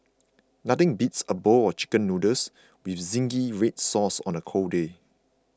nothing beats a bowl of Chicken Noodles with Zingy Red Sauce on a cold day